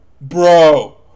bro